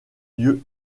lieux